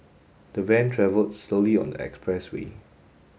the van travelled slowly on the expressway